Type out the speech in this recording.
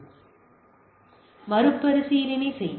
எனவே மறுபரிசீலனை செய்ய